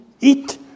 eat